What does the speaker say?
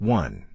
one